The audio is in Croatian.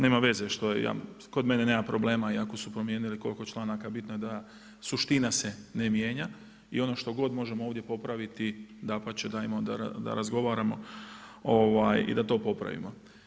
Nema veze što je, kod mene nema problema iako su promijenili koliko članaka bitno je da suština se ne mijenja i ono što god možemo ovdje popraviti dapače dajmo da razgovaramo i da to popravimo.